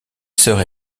soeur